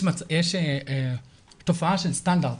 יש תופעה של סטנדרט,